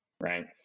right